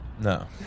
no